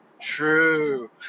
true